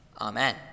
Amen